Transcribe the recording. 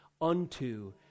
unto